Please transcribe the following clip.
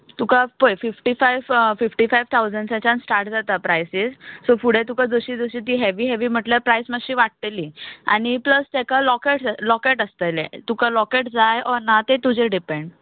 तुका पळय fifty five fifty five थाउजंटाच्यान स्टाट जात प्रायजीज सो फुडे तुका जशी जशी ती हॅवी हॅवी म्हटल्यार प्रायजीस मात्शी वाडटली आनी प्लस तेका लॉकेट लॉकेट आसतले तुका लॉकेट जाय ओ नाका तें तुजेर डिपँड